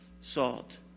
Salt